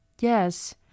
Yes